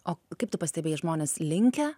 o kaip tu pastebėjai žmonės linkę